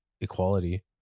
equality